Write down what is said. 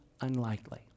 unlikely